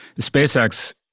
SpaceX